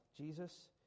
Jesus